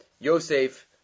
Yosef